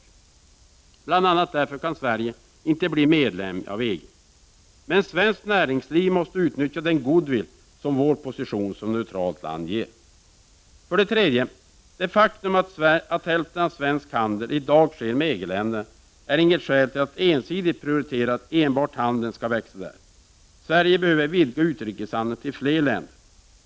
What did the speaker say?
Bl.a. därför kan Sverige inte bli medlem av EG. Men svenskt näringsliv måste utnyttja den goodwill som vår position som neutralt land ger. För det tredje: Det faktum att hälften av svensk handel i dag sker med EG-länderna är inte något skäl till att ensidigt prioritera enbart den handeln, för att den skall växa. Sverige behöver vidga utrikeshandeln till fler länder.